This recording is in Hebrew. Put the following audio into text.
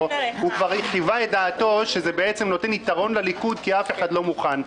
הוא כבר חיווה את דעתו שזה נותן יתרון לליכוד כי אף אחד לא מוכן.